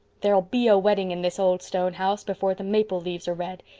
there'll be a wedding in this old stone house before the maple leaves are red.